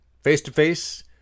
face-to-face